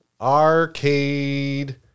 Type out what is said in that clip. Arcade